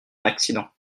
accident